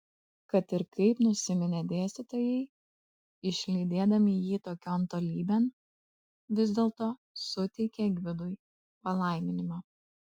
kad ir kaip nusiminė dėstytojai išlydėdami jį tokion tolybėn vis dėlto suteikė gvidui palaiminimą